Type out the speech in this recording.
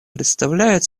представляет